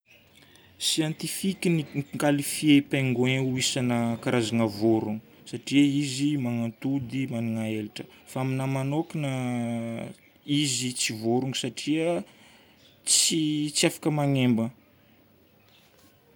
Siantifika ny mi-qualifier ny pengouin ho isana- karazagna vorogno satria izy manatody, magnana elatra. Fa aminahy manokagna izy tsy vorogno satria tsy, tsy afaka magnemba.